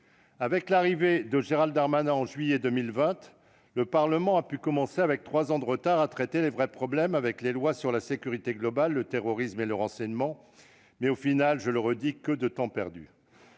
Avec l'arrivée de Gérald Darmanin, en juillet 2020, le Parlement a pu commencer, avec trois ans de retard, à traiter les vrais problèmes, avec les lois sur la sécurité globale, le terrorisme et le renseignement. Une fois encore, que de temps perdu